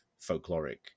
folkloric